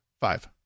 Five